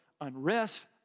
unrest